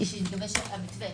כשיתגבש המתווה.